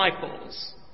disciples